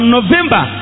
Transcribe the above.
November